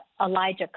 Elijah